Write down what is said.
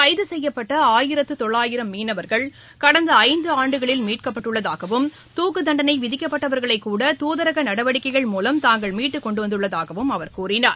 கைதுசெய்யப்பட்டஆயிரத்துதொள்ளாயிரம் மீனவர்கள் கடந்தஐந்தாண்டுகளில் மீட்கப்பட்டுள்ளதாகவும் தூக்குதண்டனைவிதிக்கப்பட்டவர்களைகூட தூதரகநடவடிக்கைகள் முலம் தாங்கள் மீட்டுக் கொண்டுவந்துள்ளதாகவும் அவர் கூறினார்